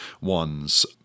ones